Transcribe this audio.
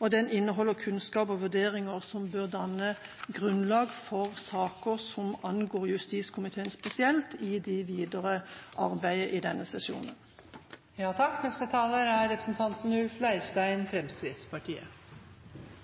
og den inneholder kunnskap og vurderinger som bør danne grunnlag for saker som angår justiskomiteen spesielt i det videre arbeidet i denne sesjonen. I likhet med foregående taler